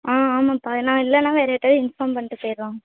ஆ ஆமாம்ப்பா நான் இல்லைன்னா வேறு யார்ட்டேயாவது இன்ஃபார்ம் பண்ணிட்டு போய்ட்லாம்